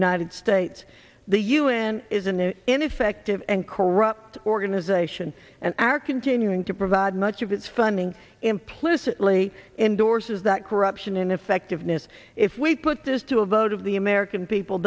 united states the u n is an ineffective and corrupt organization and are continuing to provide much of its funding implicitly endorses that corruption ineffectiveness if we put this to a vote of the american people